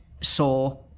saw